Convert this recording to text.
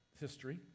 history